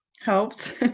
helps